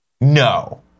No